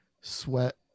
sweat